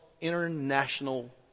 international